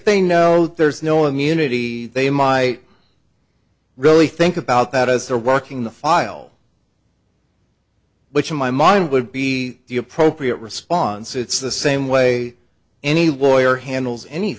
they know there's no immunity they might really think about that as they're working the file which in my mind would be the appropriate response it's the same way any warrior handles any